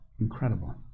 Incredible